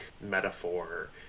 metaphor